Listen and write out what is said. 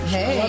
Hey